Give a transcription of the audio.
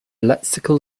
lexical